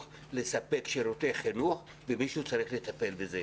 לספק שירותי חינוך ומישהו צריך לטפל בזה.